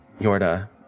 Yorda